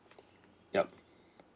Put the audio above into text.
yup